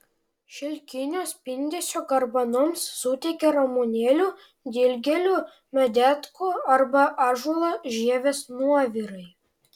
šilkinio spindesio garbanoms suteikia ramunėlių dilgėlių medetkų arba ąžuolo žievės nuovirai